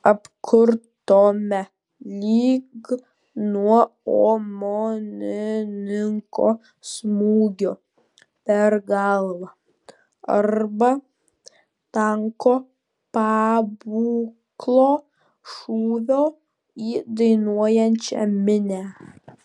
apkurtome lyg nuo omonininko smūgio per galvą arba tanko pabūklo šūvio į dainuojančią minią